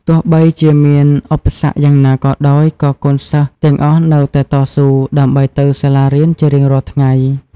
ទោះបីជាមានឧបសគ្គយ៉ាងណាក៏ដោយ ក៏កូនសិស្សទាំងអស់នៅតែតស៊ូ ដើម្បីទៅសាលារៀនជារៀងរាល់ថ្ងៃ។